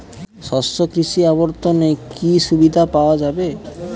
শস্য কৃষি অবর্তনে কি সুবিধা পাওয়া যাবে?